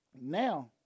now